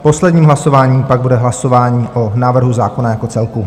Posledním hlasováním pak bude hlasování o návrhu zákona jako celku.